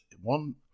one